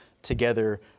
together